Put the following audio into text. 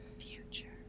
future